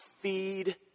feed